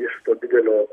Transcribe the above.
iš to didelio